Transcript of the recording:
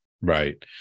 right